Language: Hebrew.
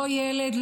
לא ילד,